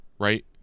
right